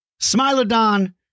Smilodon